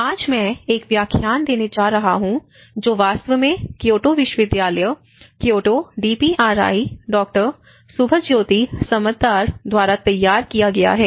आज मैं एक व्याख्यान देने जा रहा हूँ जो वास्तव में क्योटो विश्वविद्यालय Kyoto DPRI Dr Subhajyoti Samaddar द्वारा तैयार किया गया है